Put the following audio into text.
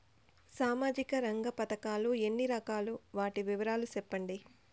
సామాజిక రంగ పథకాలు ఎన్ని రకాలు? వాటి వివరాలు సెప్పండి